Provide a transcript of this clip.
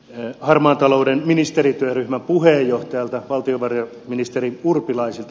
kysynkin harmaan talouden ministerityöryhmän puheenjohtajalta valtiovarainministeri urpilaiselta